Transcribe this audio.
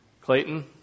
Clayton